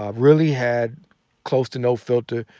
ah really had close to no filter.